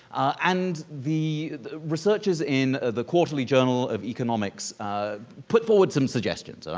and the the researchers in the quarterly journal of economics put forward some suggestions. ah